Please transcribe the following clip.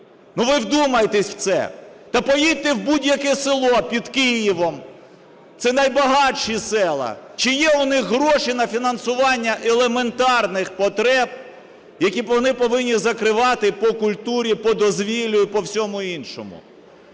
Ну, ви вдумайтеся в це! Та поїдьте в будь-яке село під Києвом, це найбагатші села, чи є в них гроші на фінансування елементарних потреб, які вони повинні закривати по культурі, по дозвіллю і по всьому іншому.